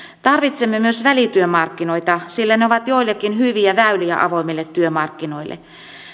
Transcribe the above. tarvitsemme myös välityömarkkinoita sillä ne ovat joillekin hyviä väyliä avoimille työmarkkinoille